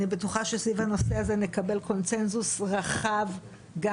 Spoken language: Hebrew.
אני בטוחה שסביב הנושא הזה נקבל קונצנזוס רחב גם